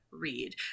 read